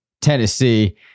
Tennessee